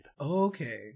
Okay